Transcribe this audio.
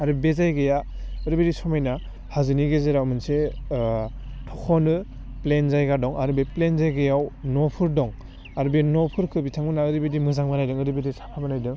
आरो बे जायगाया ओरैबायदि समायना हाजोनि गेजेराव मोनसे थख'नो प्लेन जायगा दं आरो बे प्लेन जायगायाव न'फोर दं आरो बे न'फोरखो बिथांमोना ओरैबायदि मोजां बानायदों ओरैबायदि साफा बानायदों